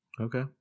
Okay